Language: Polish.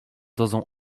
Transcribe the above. dozą